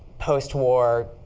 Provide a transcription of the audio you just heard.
post-war,